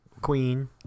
Queen